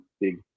big